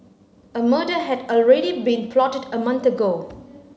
a murder had already been plotted a month ago